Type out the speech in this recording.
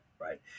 right